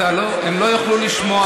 הם לא יוכלו לשמוע.